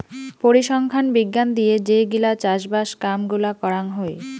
পরিসংখ্যান বিজ্ঞান দিয়ে যে গিলা চাষবাস কাম গুলা করাং হই